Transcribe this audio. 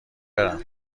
برم